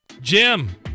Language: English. Jim